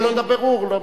כל עוד הבירור לא,